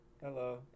Hello